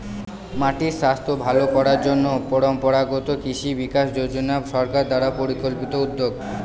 মাটির স্বাস্থ্য ভালো করার জন্য পরম্পরাগত কৃষি বিকাশ যোজনা সরকার দ্বারা পরিকল্পিত উদ্যোগ